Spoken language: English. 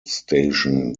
station